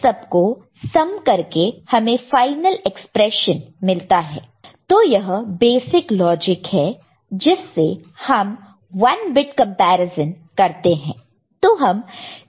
इन सब को सम करके हमें फाइनल एक्सप्रेशन मिलता है तो यह बेसिक लॉजिक है जिससे हम 1 बिट कंपैरिजन करते हैं